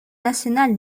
national